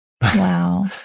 Wow